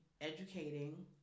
educating